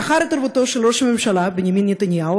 לאחר התערבותו של ראש הממשלה בנימין נתניהו,